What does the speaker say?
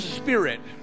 spirit